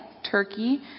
turkey